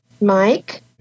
Mike